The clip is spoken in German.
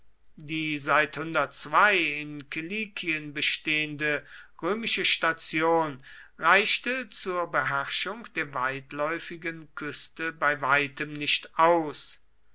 die seit in kilikien bestehende römische station reichte zur beherrschung der weitläufigen küste bei weitem nicht aus